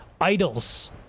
idols